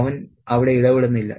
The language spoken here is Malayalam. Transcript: അവൻ അവിടെ ഇടപെടുന്നില്ല